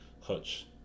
Hutch